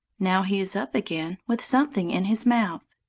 now he is up again with something in his mouth.